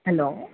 hello